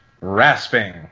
Rasping